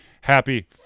happy